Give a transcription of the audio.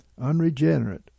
unregenerate